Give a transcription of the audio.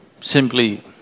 simply